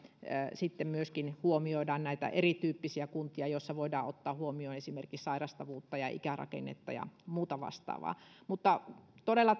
sitten myöskin huomioidaan erityyppisiä kuntia ja voidaan ottaa huomioon esimerkiksi sairastavuutta ja ikärakennetta ja muuta vastaavaa on todella